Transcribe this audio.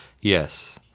Yes